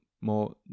more